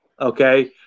Okay